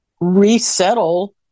resettle